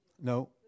No